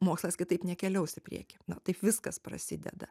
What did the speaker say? mokslas kitaip nekeliaus į priekį na taip viskas prasideda